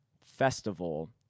festival